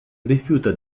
rifiuta